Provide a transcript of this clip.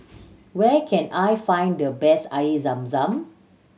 where can I find the best Air Zam Zam